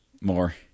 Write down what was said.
More